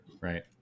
right